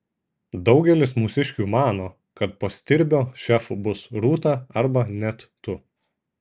daugelis mūsiškių mano kad po stirbio šefu bus rūta arba net tu